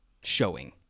showing